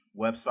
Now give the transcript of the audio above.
website